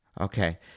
Okay